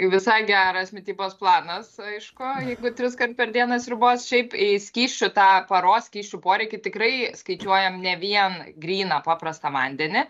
visai geras mitybos planas aišku jeigu triskart per dieną sriubos šiaip į skysčių tą paros skysčių poreikį tikrai skaičiuojam ne vien gryną paprastą vandenį